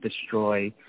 destroy